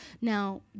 Now